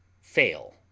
FAIL